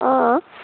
অঁ